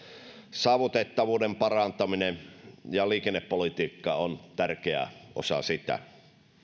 saavutettavuuden parantaminen ja liikennepolitiikka ovat tärkeä osa sitä